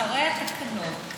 אחרי התקנות,